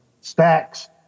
Stacks